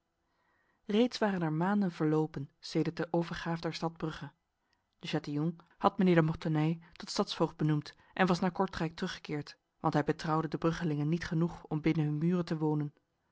reeds waren er maanden verlopen sedert de overgaaf der stad brugge de chatillon had mijnheer de mortenay tot stadsvoogd benoemd en was naar kortrijk teruggekeerd want hij betrouwde de bruggelingen niet genoeg om binnen hun muren te wonen